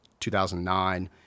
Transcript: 2009